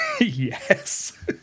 Yes